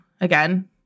again